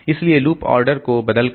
इसलिए loop order को बदलकर